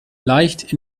leicht